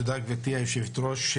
תודה גבירתי היושבת-ראש.